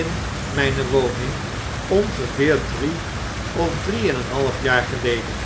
in mn'ne woning ongeveer drie of drie en een half jaar geleden